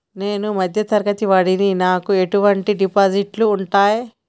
నేను మధ్య తరగతి వాడిని నాకు ఎటువంటి డిపాజిట్లు ఉంటయ్?